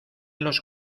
los